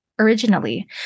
Originally